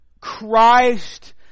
Christ